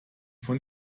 von